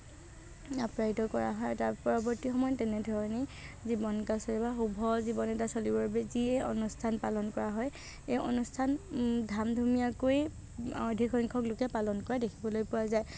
আপ্যায়িত কৰা হয় তাৰ পৰৱৰ্তী সময়ত তেনেধৰণেই জীৱনকালত বা শুভ জীৱন এটা চলিবৰ বাবে যিয়েই অনুষ্ঠান পালন কৰা হয় সেই অনুষ্ঠান ধাম ধুমীয়াকৈ অধিকসংখ্যক লোকে পালন কৰা দেখিবলৈ পোৱা যায়